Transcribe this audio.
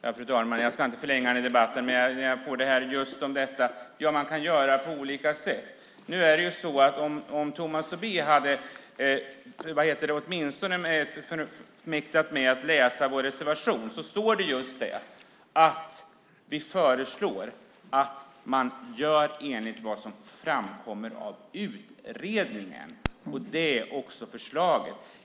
Herr talman! Jag ska inte förlänga debatten, men man kan göra på olika sätt. Om Tomas Tobé åtminstone hade mäktat med att läsa vår reservation hade han sett att det står just detta: Vi föreslår att man gör enligt vad som framkommer av utredningen. Det är också förslaget.